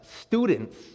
students